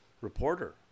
reporter